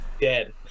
Dead